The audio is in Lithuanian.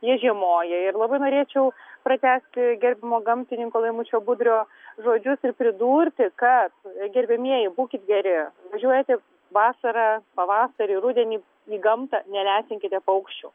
jie žiemoja ir labai norėčiau pratęsti gerbiamo gamtininko laimučio budrio žodžius ir pridurti kad gerbiamieji būkit geri važiuojate vasarą pavasarį rudenį į gamtą nelesinkite paukščių